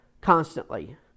Constantly